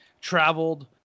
traveled